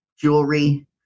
jewelry